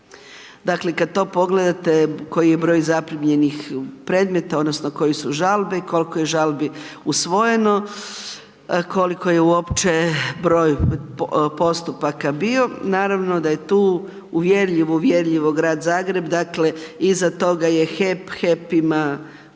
Dakle, kad to pogledate koji je broj zaprimljenih predmeta odnosno koje su žalbe, koliko je žalbi usvojeno, koliko je uopće broj postupaka bio, naravno da je tu uvjerljivo, uvjerljivo Grad Zagreb, dakle, iza toga je HEP, HEP ima